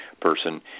person